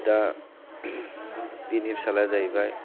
दा बिनि फिसाज्लाया जाहैबाय